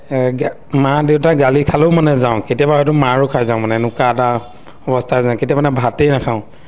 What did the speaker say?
এ মা দেউতাই গালি খালেও মানে যাওঁ কেতিয়াবা হয়তো মাৰো খাই যাওঁ মানে এনেকুৱা এটা অৱস্থা কেতিয়াবা মানে ভাতেই নাখাওঁ